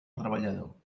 treballador